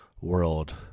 world